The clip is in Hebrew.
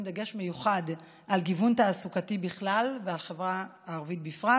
דגש מיוחד על גיוון תעסוקתי בכלל ועל החברה הערבית בפרט,